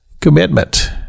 commitment